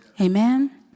Amen